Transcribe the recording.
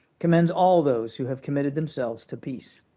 commends all those who have committed themselves to peace.